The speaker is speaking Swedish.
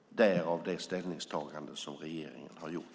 Därav det ställningstagande som regeringen har gjort.